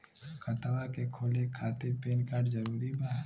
खतवा के खोले खातिर पेन कार्ड जरूरी बा?